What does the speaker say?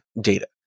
data